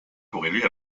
corrélée